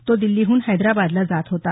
तो दिल्लीहून हैद्राबादला जात होता